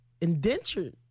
indentured